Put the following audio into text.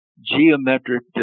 geometric